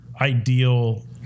ideal